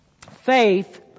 Faith